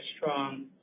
strong